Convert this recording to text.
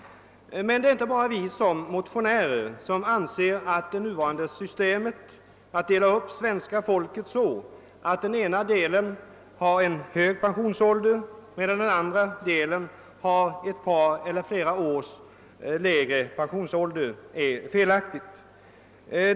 Men det är inte bara vi motionärer som anser att det nuvarande systemet att dela upp svenska folket så, att den ena delen har hög pensionsålder medan den andra delen har ett par eller flera års lägre pensionsålder, är felaktigt.